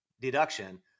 deduction